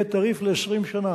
יהיה תעריף ל-20 שנה,